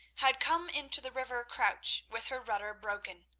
had come into the river crouch with her rudder broken.